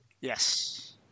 Yes